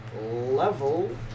Level